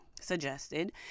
suggested